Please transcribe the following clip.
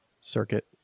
circuit